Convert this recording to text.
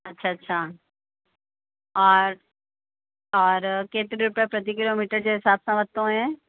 अच्छा अच्छा और और केतिरे रुपए प्रति किलोमीटर जे हिसाब सां वरितो हुयव